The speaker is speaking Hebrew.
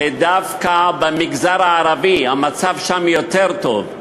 שדווקא במגזר הערבי המצב יותר טוב,